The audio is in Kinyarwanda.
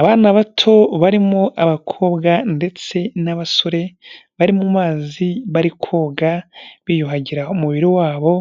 Abana bato barimo abakobwa ndetse n'abasore, bari mu mazi, bari koga, biyuhagira umubiri wabo,